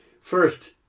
First